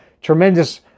tremendous